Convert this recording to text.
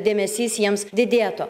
dėmesys jiems didėtų